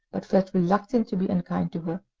but felt reluctant to be unkind to her.